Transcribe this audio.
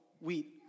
wheat